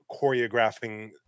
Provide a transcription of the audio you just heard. choreographing